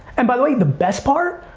and by the way, the best part,